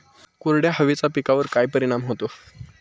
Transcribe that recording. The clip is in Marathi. कोरड्या हवेचा पिकावर काय परिणाम होतो?